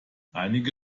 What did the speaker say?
einige